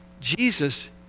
Jesus